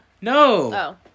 No